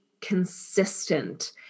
consistent